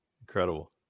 Incredible